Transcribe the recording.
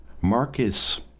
Marcus